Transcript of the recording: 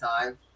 time